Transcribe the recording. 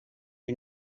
you